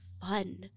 fun